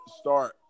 start